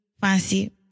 fancy